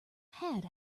had